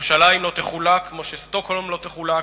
ירושלים לא תחולק כמו ששטוקהולם לא תחולק,